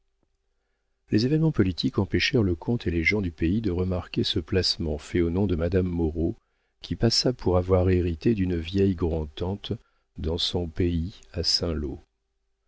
les événements politiques empêchèrent le comte et les gens du pays de remarquer ce placement fait au nom de madame moreau qui passa pour avoir hérité d'une vieille grand'tante dans son pays à saint-lô